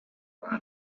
bantu